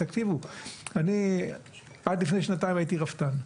אני עד לפני שנתיים הייתי רפתן.